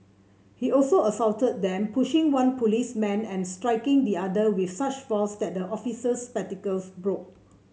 he also assaulted them pushing one policeman and striking the other with such force that the officer's spectacles broke